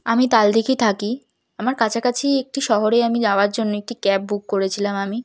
আমি তালদিঘি থাকি আমার কাছাকাছি একটি শহরে আমি যাওয়ার জন্য একটি ক্যাব বুক করেছিলাম আমি